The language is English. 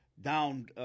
down